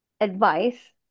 advice